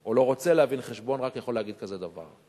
או לא רוצה להבין חשבון, רק, יכול להגיד כזה דבר,